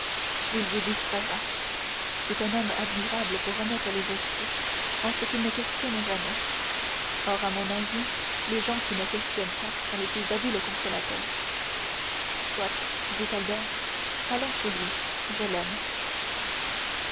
il vous distraira c'est un homme admirable pour remettre les esprits en ce qu'il ne questionne jamais or à mon avis les gens qui ne questionnent pas sont les plus habiles consolateurs soit dit albert allons chez lui je l'aime